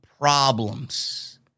problems